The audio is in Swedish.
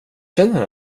känner